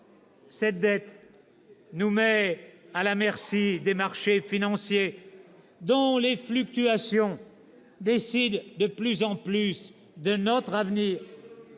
Cette dette nous met à la merci des marchés financiers, dont les fluctuations décident de plus en plus de notre avenir.